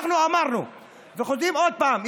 אנחנו אמרנו וחוזרים עוד פעם,